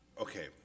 okay